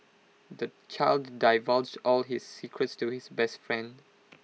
the child divulged all his secrets to his best friend